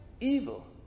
evil